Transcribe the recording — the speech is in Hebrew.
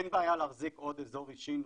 אין בעיה להחזיק עוד אזור אישי נוסף,